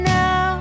now